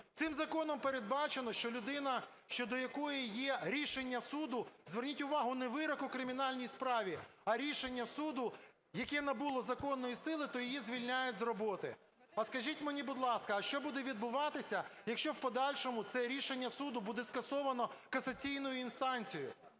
Цим законом передбачено, що людина, щодо якої є рішення суду, зверніть увагу, не вирок у кримінальній справі, а рішення суду, яке набуло законної сили, то її звільняють з роботи. А скажіть мені, будь ласка, а що буде відбуватися, якщо в подальшому це рішення суду буде скасовано касаційною інстанцією